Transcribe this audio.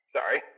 Sorry